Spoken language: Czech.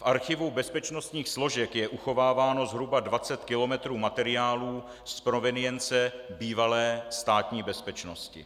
V Archivu bezpečnostních složek je uchováváno zhruba 20 km materiálů z provenience bývalé Státní bezpečnosti.